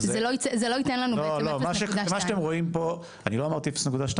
זה לא ייתן לנו 0.2. אני לא אמרתי 0.2,